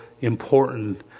important